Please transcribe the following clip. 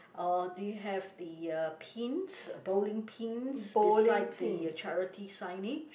uh do you have the uh pins uh bowling pins besides the charity signage